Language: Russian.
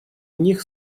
них